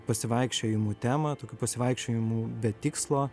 pasivaikščiojimų temą tokių pasivaikščiojimų be tikslo